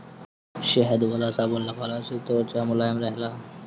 शहद वाला साबुन लगवला से त्वचा मुलायम रहेला